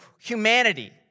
Humanity